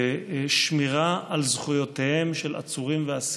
זה שמירה על זכויותיהם של עצורים ואסירים.